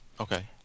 Okay